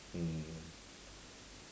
mm